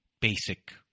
basic